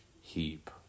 heap